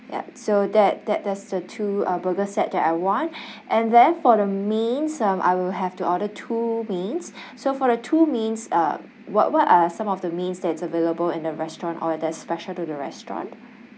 yup so that that that's the two uh burger set that I want and then for the meals um I will have to order two meals so for the two meals uh what what are some of the meals that's available in the restaurant or that's special to the restaurant